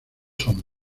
son